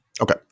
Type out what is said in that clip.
Okay